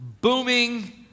booming